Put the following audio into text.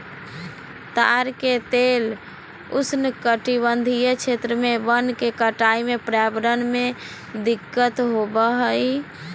ताड़ के तेल उष्णकटिबंधीय क्षेत्र में वन के कटाई से पर्यावरण में दिक्कत होबा हइ